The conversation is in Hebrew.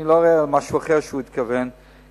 אני לא רואה משהו אחר שהוא התכוון אליו.